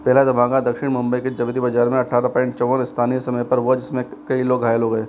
पहला धमाका दक्षिण मुंबई के ज़वेरी बाज़ार में अठारह पॉइंट चौवन स्थानीय समय पर हुआ जिसमें कई लोग घायल हो गए